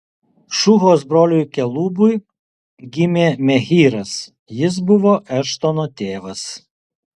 šuhos broliui kelubui gimė mehyras jis buvo eštono tėvas